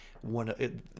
one